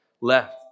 left